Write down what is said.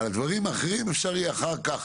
הדברים האחרים יהיה אפשר אחר כך,